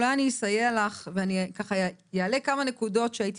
אולי אני אסייע לך ואני ככה אעלה בפנייך כמה נקודות שהייתי